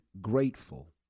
grateful